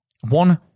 one